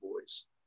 boys